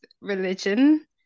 religion